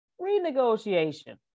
renegotiation